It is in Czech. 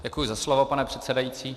Děkuji za slovo, pane předsedající.